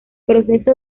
proceso